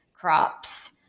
crops